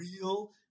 real